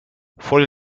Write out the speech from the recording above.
for